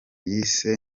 yise